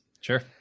Sure